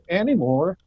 anymore